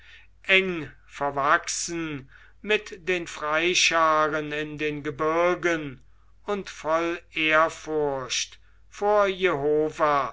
eng verwachsen mit den freischaren in den gebirgen und voll ehrfurcht vor jehova